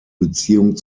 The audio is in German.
beziehung